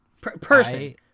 Person